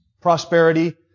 prosperity